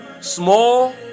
small